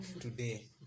today